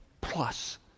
plus